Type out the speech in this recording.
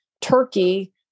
Turkey